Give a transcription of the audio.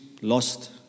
lost